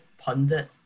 pundit